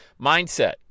Mindset